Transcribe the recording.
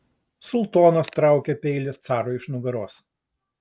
sultonas traukia peilį carui iš nugaros